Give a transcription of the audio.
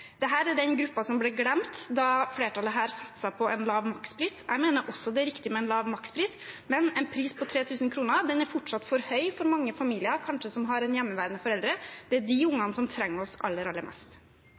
er den gruppen som ble glemt da flertallet her satset på en lav makspris. Jeg mener også det er riktig med en lav makspris, men en pris på 3 000 kr er fortsatt for høy for mange familier som kanskje har en hjemmeværende forelder. Det er de